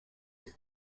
and